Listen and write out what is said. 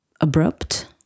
Abrupt